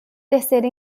terceira